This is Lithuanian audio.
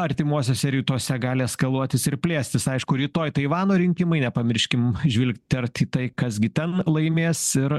artimuosiuose rytuose gali eskaluotis ir plėstis aišku rytoj taivano rinkimai nepamirškim žvilgtert į tai kas gi ten laimės ir